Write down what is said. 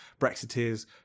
Brexiteers